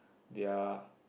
ya